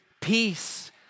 peace